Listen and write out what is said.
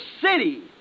city